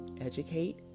educate